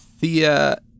Thea